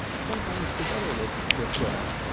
sometimes together with with drugs.